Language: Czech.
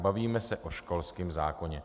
Bavíme se o školském zákoně.